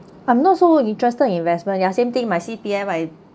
I'm not so interested investment ya same thing my C_P_F I